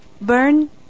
burn